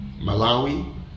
Malawi